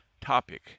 topic